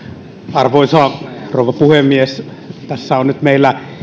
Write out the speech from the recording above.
arvoisa rouva puhemies tässä on nyt meillä